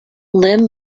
limb